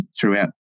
throughout